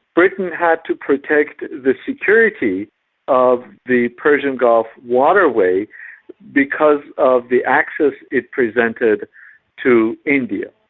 britain had to protect the security of the persian gulf waterway because of the axis it presented to india.